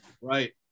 Right